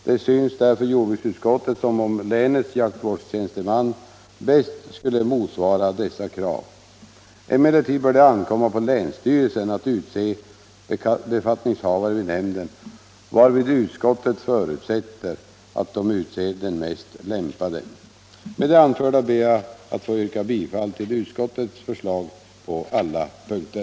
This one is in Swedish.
Det synes jordbruksutskottet som om länets jaktvårdstjänsteman bäst skulle motsvara dessa krav. Emellertid bör det ankomma på länsstyrelserna att utse befattningshavare vid nämnden, varvid utskottet förutsätter att de utser den mest lämpade. Med det anförda ber jag att få yrka bifall till utskottets förslag på samtliga punkter.